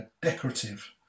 decorative